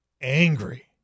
angry